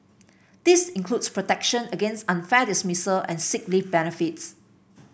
this includes protection against unfair dismissal and sick leave benefits